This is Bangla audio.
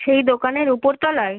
সেই দোকানের উপর তলায়